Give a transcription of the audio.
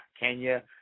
Kenya